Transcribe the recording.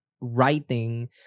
writing